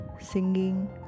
singing